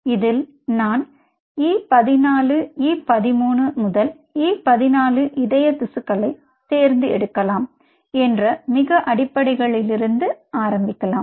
இதில் நான் E 14 E 13 முதல் E 14 இதய திசுக்களை தேர்ந்து எடுக்கலாம் என்கிற மிக அடிப்படைகளிலிருந்து ஆரம்பிக்கலாம்